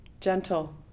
Gentle